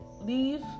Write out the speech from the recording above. leave